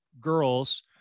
girls